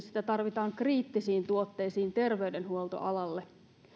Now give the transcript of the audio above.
sitä tarvitaan erityisesti kriittisiin tuotteisiin terveydenhuoltoalalle